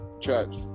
church